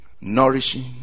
nourishing